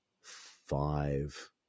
five